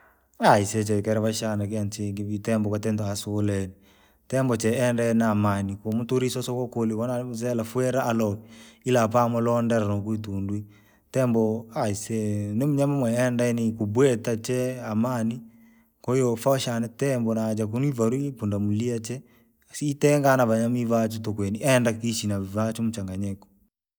aisee chekera maisha yane nikinchingi vii tembo kwati ntasuhule, tembo che enda yeamani kumtuli isoso kukuli kuna mzela fwila aloo. Ila apa mulonde robwitundwi, tembo aisee nimnyama mwe enda ni ikubwita chee amani, kwahiyo fausha na tembo naja kunivali pundamilia chee, siitenga nava vaaji tuku yaani enda kuishi navivachu mchanganyiko.